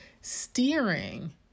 steering